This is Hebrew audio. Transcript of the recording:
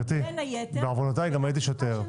בעוונותיי גם הייתי שוטר.